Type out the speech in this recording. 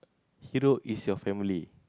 hero is your family